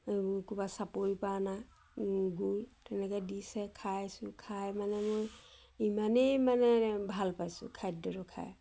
ক'ৰবাত চাপৰি পৰা অনা গুৰ তেনেকৈ দিছে খাইছোঁ খাই মানে মোৰ ইমানেই মানে ভাল পাইছোঁ খাদ্যটো খাই